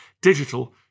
digital